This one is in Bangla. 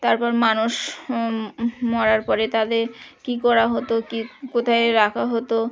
তারপর মানুষ মরার পরে তাদের কী করা হতো কী কোথায় রাখা হতো